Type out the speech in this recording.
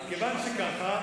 אז כיוון שככה,